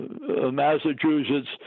Massachusetts